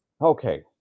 Okay